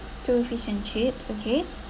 two fish and chips okay